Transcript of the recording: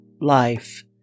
life